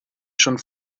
schon